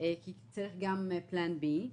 צריך גם plan b.